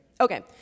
Okay